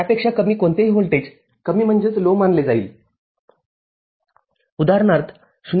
त्यापेक्षा कमी कोणतेही व्होल्टेज कमी मानले जाईल उदाहरणार्थ 0